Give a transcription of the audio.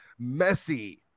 Messi